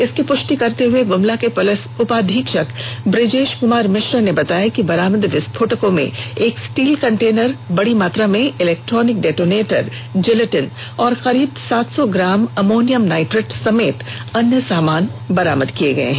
इसकी पुष्टि करते हुए ग्मला के पुलिस उपाधीक्षक बुजेश कुमार मिश्र ने बताया कि बरामद विस्फोटकों में एक स्टील केंटेनर बड़ी मात्रा में इलेक्ट्रोनिक डेटोनेटर जिलेटिन और करीब सात सौ ग्राम अमोनियम नाइट्रेट समेत अन्य सामान बरामद किया गया है